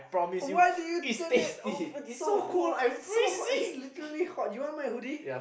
why do you turn it off it's so hot it's so hot you want my hoodie